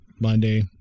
Monday